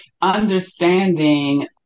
understanding